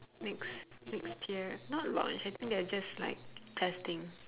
next next year not launch I think they're just like testing